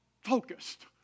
focused